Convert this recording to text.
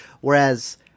Whereas